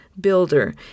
builder